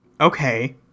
Okay